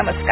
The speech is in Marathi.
नमस्कार